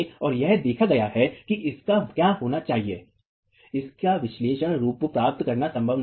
और यह देखा गया है कि इनका क्या होना चाहिए इसका विश्लेषणात्मक रूप प्राप्त करना संभव नहीं है